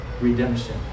redemption